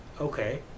Okay